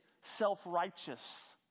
self-righteous